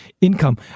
income